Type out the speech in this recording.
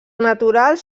naturals